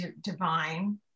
divine